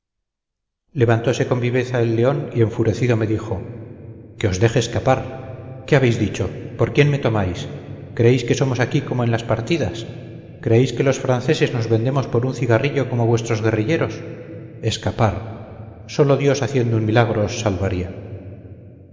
levantose con viveza el león y enfurecido me dijo que os deje escapar qué habéis dicho por quién me tomáis creéis que somos aquí como en las partidas creéis que los franceses nos vendemos por un cigarrillo como vuestros guerrilleros escapar sólo dios haciendo un milagro os salvaría